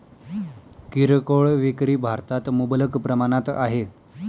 किरकोळ विक्री भारतात मुबलक प्रमाणात आहे